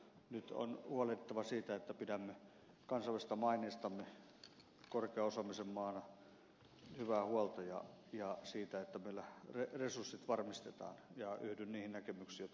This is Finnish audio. nyt on huolehdittava siitä että pidämme kansallisesta maineestamme korkean osaamisen maana hyvää huolta ja siitä että meillä resurssit varmistetaan ja yhdy näkemyksiin